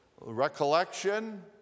recollection